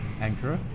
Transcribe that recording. Ankara